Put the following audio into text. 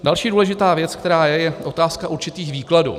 Další důležitá věc, která je, je otázka určitých výkladů.